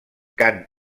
cant